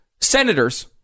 senators